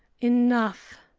enough!